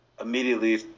immediately